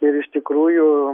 ir iš tikrųjų